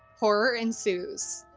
horror ensues.